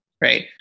right